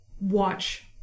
watch